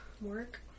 Work